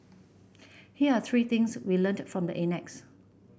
here are three things we learnt from the annex